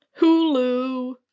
Hulu